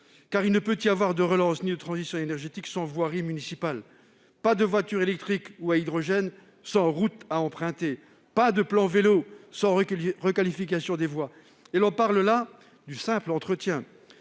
il ne peut y avoir de relance ni de transition énergétique sans voirie municipale. Pas de voiture électrique ou à hydrogène sans routes à emprunter ! Pas de plan Vélo sans requalification des voies ! Et il est question ici non pas du simple entretien,